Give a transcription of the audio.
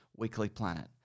weeklyplanet